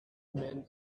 men